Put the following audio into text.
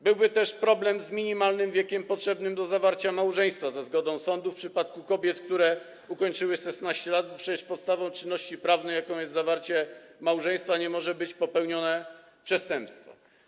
Byłby też problem z minimalnym wiekiem potrzebnym do zawarcia małżeństwa za zgodą sądu w przypadku kobiet, które ukończyły 16 lat, bo przecież podstawą czynności prawnej, jaką jest zawarcie małżeństwa, nie może być popełnione przestępstwo.